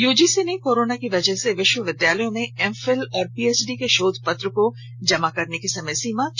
UGC ने corona की वजह से विश्वविद्यालयों में एम फिल और पीएचडी के शोध पत्र को जमा करने की समय सीमा छह माह बढ़ा दी है